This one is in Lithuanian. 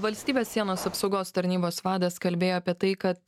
valstybės sienos apsaugos tarnybos vadas kalbėjo apie tai kad